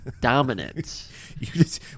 dominance